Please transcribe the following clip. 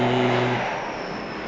the